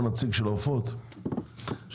הוא